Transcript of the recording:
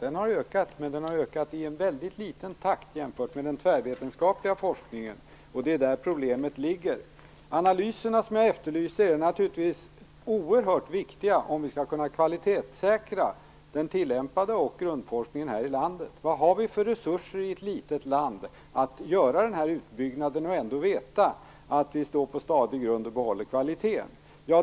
Den har ökat, men den har ökat i mycket liten takt jämfört med den tvärvetenskapliga forskningen. Det är där problemet ligger. Analyserna som jag efterlyser är naturligtvis oerhört viktiga om vi skall kunna kvalitetssäkra den tillämpade forskningen och grundforskningen här i landet. Vad har vi för resurser i ett litet land att göra den här utbyggnaden och ändå veta att vi står på stadig grund och behåller kvaliteten?